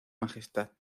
majestad